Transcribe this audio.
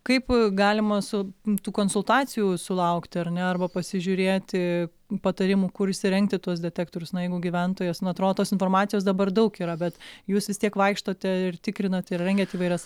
kaip galima su tų konsultacijų sulaukti ar ne arba pasižiūrėti patarimų kur įsirengti tuos detektorius na jeigu gyventojas na atro tos informacijos dabar daug yra bet jūs vis tiek vaikštote ir tikrinat ir rengiat įvairias